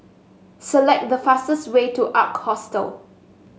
select the fastest way to Ark Hostel